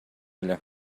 эле